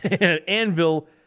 Anvil